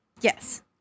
yes